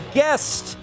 guest